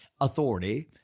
authority